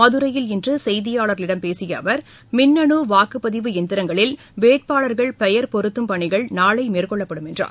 மதுரையில் இன்றுசெய்தியாளர்களிடம் பேசியஅவர் மின்னஹவாக்குப்பதிவு இயந்திரங்களில் வேட்பாளர்கள் பெயர் பொருத்தும் பணிகள் நாளைமேற்கொள்ளப்படும் என்றார்